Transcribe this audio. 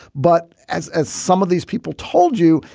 but as as some of these people told you,